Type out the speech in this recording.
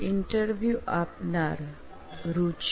interview આપનાર રુચિ